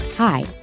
Hi